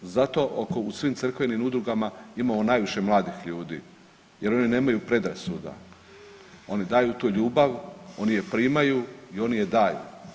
Zato u svim crkvenim udrugama imamo najviše mladih ljudi jer oni nemaju predrasuda oni daju tu ljubav, oni je primaju i oni je daju.